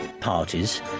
parties